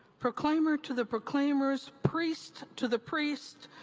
proclaimer to the proclaimers, priest to the priest,